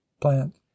plant